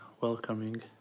welcoming